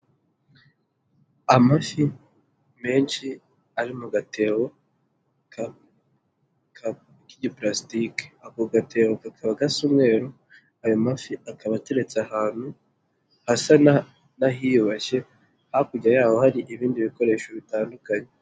Amafi menshi ari mu gatebo ka palasitike ako gatebo kakaba gasa umweru, ayo mafi akaba ateretse ahantu hasa n'ahiyubashye hakurya yaho hari ibindi bikoresho bitandukanye.